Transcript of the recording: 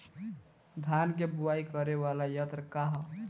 धान के बुवाई करे वाला यत्र का ह?